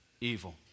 evil